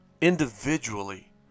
individually